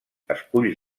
esculls